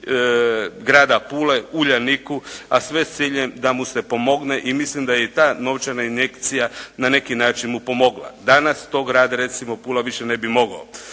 Grada Pule Uljaniku a sve s ciljem da mu se pomogne i mislim da i ta novčana injekcija na neki način mu pomogla. Danas to grad recimo Pula više ne bi mogao.